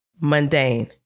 mundane